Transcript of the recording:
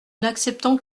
n’acceptons